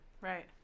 right